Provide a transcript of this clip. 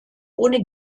ohne